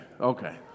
Okay